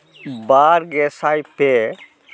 ᱵᱟᱨ ᱜᱮ ᱥᱟᱭ ᱯᱮ